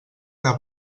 que